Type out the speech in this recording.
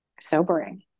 sobering